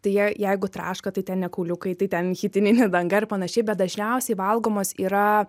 tai jie jeigu traška tai ten ne kauliukai tai ten chitininė danga panašiai bet dažniausiai valgomos yra